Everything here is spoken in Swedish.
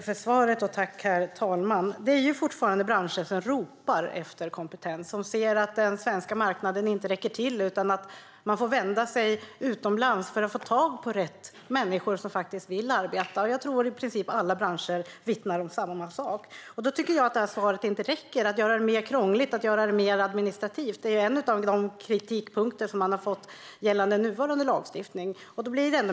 Herr talman! Det finns fortfarande branscher som ropar efter kompetens och ser att den svenska marknaden inte räcker till utan att man får vända sig utomlands för att få tag på rätt människor som vill arbeta. Jag tror i princip att alla branscher vittnar om samma sak. Då tycker jag att det här svaret inte räcker. Det handlar om att göra det krångligare och mer administrativt, men här finns ju en av kritikpunkterna gällande nuvarande lagstiftning.